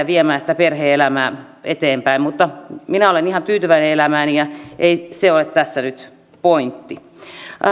viemään sitä perhe elämää eteenpäin mutta minä olen ihan tyytyväinen elämääni ja ei se ole tässä nyt pointti